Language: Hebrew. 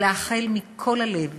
ולאחל מכל הלב